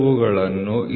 H H